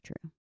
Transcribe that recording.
true